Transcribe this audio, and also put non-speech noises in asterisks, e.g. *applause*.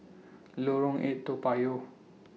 *noise* Lorong eight Toa Payoh